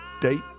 date